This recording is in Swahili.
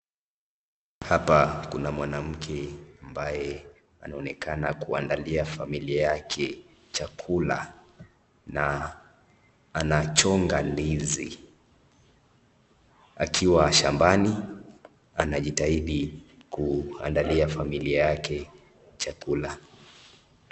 Hapa kuna mwanamke ambaye anaonekana kuandalia familia yake chakula na anachonga ndizi, akiwa shambani anajitahidhi kuandalia familia yake chakula.